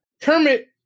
Kermit